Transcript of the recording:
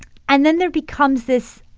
and then there becomes this,